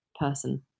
person